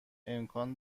امکان